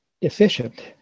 efficient